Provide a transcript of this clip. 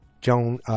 Joan